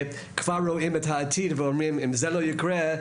הם כבר רואים את העתיד ואומרים: אם זה לא יקרה,